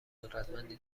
قدرتمندی